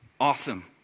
Awesome